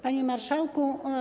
Panie Marszałku!